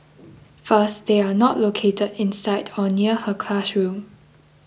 first they are not located inside or near her classroom